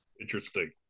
Interesting